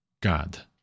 God